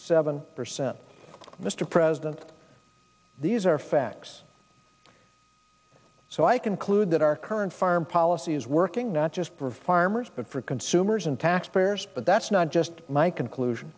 seven percent mr president these are facts so i conclude that our current foreign policy is working not just for farmers but for consumers and taxpayers but that's not just my conclusion